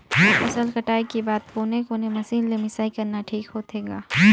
फसल कटाई के बाद कोने कोने मशीन ले मिसाई करना ठीक होथे ग?